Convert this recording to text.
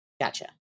Gotcha